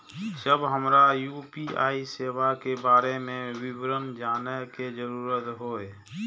जब हमरा यू.पी.आई सेवा के बारे में विवरण जानय के जरुरत होय?